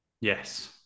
yes